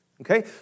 Okay